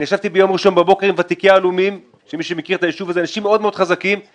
אני ישבתי ביום ראשון בבוקר עם ותיקי עלומים שהם אנשים מאוד מאוד חזקים,